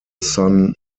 san